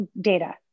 data